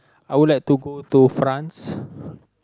I would like to go to France